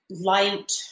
light